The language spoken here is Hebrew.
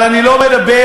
אבל אני לא מדבר,